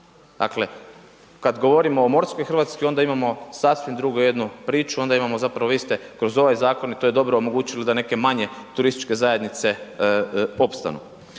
Dakle, kad govorimo o morskoj RH onda imamo sasvim drugu jednu priču, onda imamo zapravo iste kroz ovaj zakon i to je dobro omogućilo da neke manje turističke zajednice opstanu.